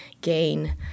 gain